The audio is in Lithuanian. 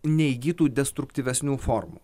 neįgytų destruktyvesnių formų